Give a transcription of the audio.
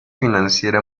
financiera